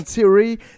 Theory